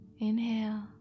Inhale